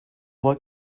what